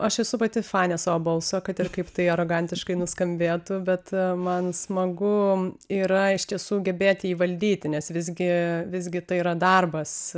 aš esu pati fane savo balso kad ir kaip tai arogantiškai nuskambėtų bet man smagu yra iš tiesų gebėti jį valdyti nes visgi visgi tai yra darbas